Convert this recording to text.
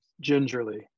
gingerly